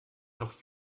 noch